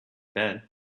bed